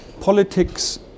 politics